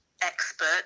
expert